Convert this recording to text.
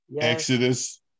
Exodus